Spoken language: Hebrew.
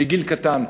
מגיל קטן,